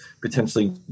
potentially